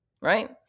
right